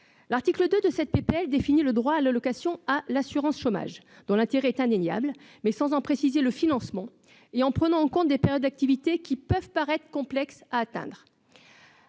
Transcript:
L'article 2 de la présente proposition de loi étend le droit à l'assurance chômage, dont l'intérêt est indéniable, mais sans en préciser le financement et en prenant en compte des périodes d'activité qui peuvent paraître complexes à atteindre.